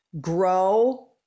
grow